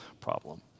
problem